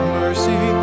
mercy